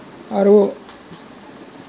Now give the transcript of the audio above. আৰু